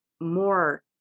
more